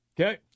Okay